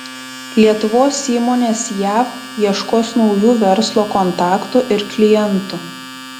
lietuvos įmonės jav ieškos naujų verslo kontaktų ir klientų